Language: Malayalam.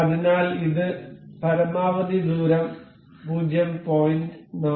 അതിനാൽ ഇത് പരമാവധി ദൂരം 0